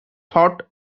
thought